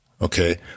Okay